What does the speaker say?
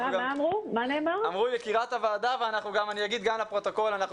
אמרו יקירת הוועדה ואני אומר לפרוטוקול שאנחנו